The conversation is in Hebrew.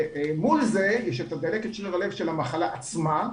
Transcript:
ומול זה יש דלקת שריר הלב של המחלה עצמה,